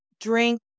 drink